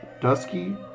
Dusky